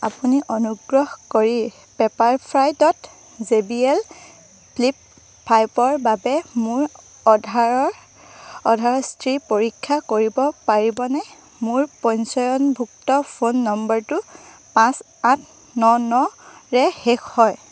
আপুনি অনুগ্ৰহ কৰি পেপাৰফ্ৰাইত জে বি এল ফ্লিপ ফাইবৰ বাবে মোৰ অৰ্ডাৰৰ অৰ্ডাৰৰ স্থিতি পৰীক্ষা কৰিব পাৰিবনে মোৰ পঞ্জীয়নভুক্ত ফোন নম্বৰটো পাঁচ আঠ ন নৰে শেষ হয়